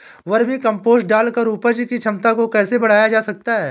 Vermi compost डालकर उपज की क्षमता को कैसे बढ़ाया जा सकता है?